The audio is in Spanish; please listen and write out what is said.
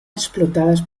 explotadas